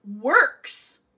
works